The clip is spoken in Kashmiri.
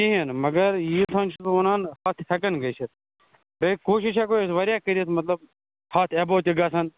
کِہیٖنٛۍ نہٕ مگر ییٖژہٲن چھُس بہٕ وَنان ہَتھ ہٮ۪کِن گٔژھِتھ بیٚیہِ کوٗشِش ہٮ۪کو أسۍ واریاہ کٔرِتھ مطلب ہَتھ ایبو تہِ گژھَن